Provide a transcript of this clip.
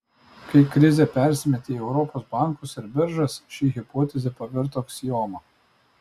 kai krizė persimetė į europos bankus ir biržas ši hipotezė pavirto aksioma